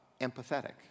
empathetic